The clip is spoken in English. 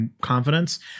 confidence